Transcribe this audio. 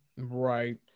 right